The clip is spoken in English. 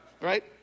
right